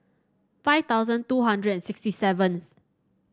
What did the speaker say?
five thousand two hundred and sixty seventh